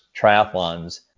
triathlons